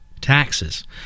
Taxes